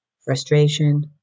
frustration